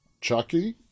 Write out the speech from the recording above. Chucky